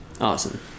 Awesome